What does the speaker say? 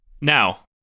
now